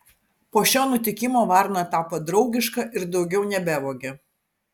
po šio nutikimo varna tapo draugiška ir daugiau nebevogė